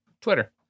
twitter